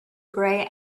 grey